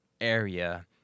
area